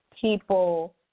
people